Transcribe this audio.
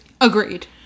Agreed